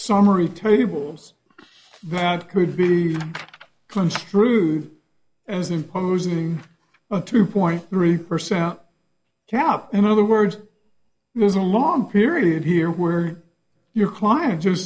summary tables that could be construed as imposing a two point three percent cap in other words there's a long period here where your client just